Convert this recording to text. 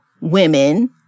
women